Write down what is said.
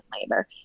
labor